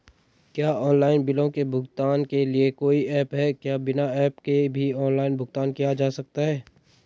क्या ऑनलाइन बिलों के भुगतान के लिए कोई ऐप है क्या बिना ऐप के भी ऑनलाइन भुगतान किया जा सकता है?